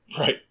right